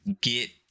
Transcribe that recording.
get